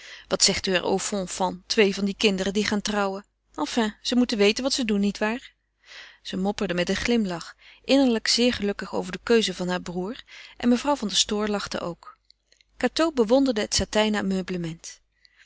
wat zegt u er au fond van twee van die kinderen die gaan trouwen enfin ze moeten weten wat ze doen niet waar zij mopperde met een glimlach innerlijk zeer gelukkig over de keuze van haar broêr en mevrouw van der stoor lachte ook cateau bewonderde het satijnen